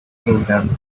program